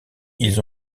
ils